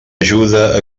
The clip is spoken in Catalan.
ajuda